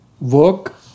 work